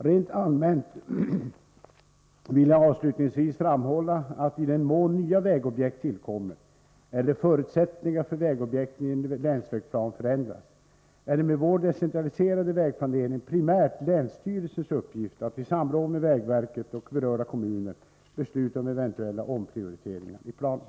Rent allmänt vill jag avslutningsvis framhålla att i den mån nya vägobjekt tillkommer eller förutsättningarna för vägobjekten i en länsvägsplan förändras, är det med vår decentraliserade vägplanering primärt länsstyrelsens uppgift att i samråd med vägverket och berörda kommuner besluta om eventuella omprioriteringar i planen.